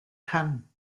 kann